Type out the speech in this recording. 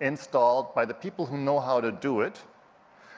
installed by the people who know how to do it